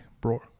Bro